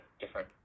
different